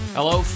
Hello